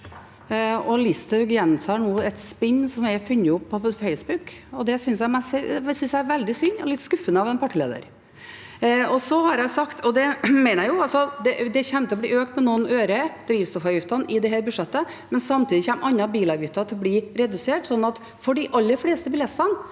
Listhaug gjentar nå et spinn som er funnet opp på Facebook. Det synes jeg er veldig synd og litt skuffende av en partileder. Drivstoffavgiftene kommer til å bli økt med noen øre i dette budsjettet, men samtidig kommer andre bilavgifter til å bli redusert,